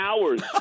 hours